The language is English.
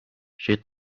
she